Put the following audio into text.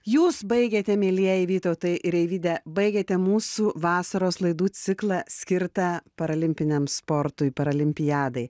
jūs baigėte mielieji vytautai ir eivyde baigėtė mūsų vasaros laidų ciklą skirtą paralimpiniam sportui paralimpiadąai